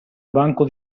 banco